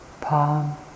palm